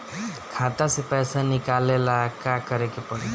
खाता से पैसा निकाले ला का करे के पड़ी?